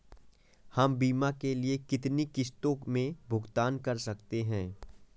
हम बीमा के लिए कितनी किश्तों में भुगतान कर सकते हैं?